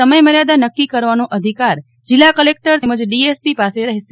સમય મર્યાદા નક્કી કરવાનો અધિકાર જિલ્લા કલેક્ટર તેમજ ડીએસપી પાસે રહેશે